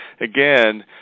again